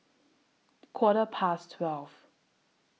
Quarter Past twelve